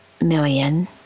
million